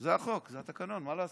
זה החוק, זה התקנון, מה לעשות.